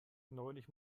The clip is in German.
neulich